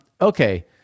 okay